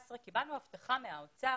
קיבלנו הבטחה מהאוצר,